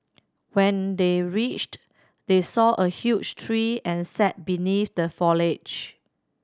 when they reached they saw a huge tree and sat beneath the foliage